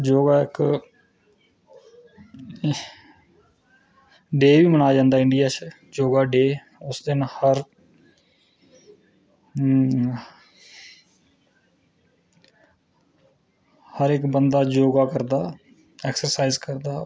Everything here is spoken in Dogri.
योगा इक्क डे बी मनाया जंदा इंडिया च योगा डे उस दिन हर हर इक्क बंदा योगा करदा एक्सरसाईज़ करदा